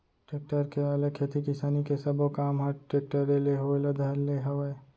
tractor के आए ले खेती किसानी के सबो काम ह टेक्टरे ले होय ल धर ले हवय